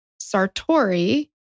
Sartori